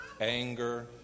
anger